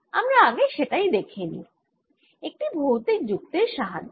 আমরা আগে সেটাই দেখেই নিই একটি ভৌতিক যুক্তির সাহায্যে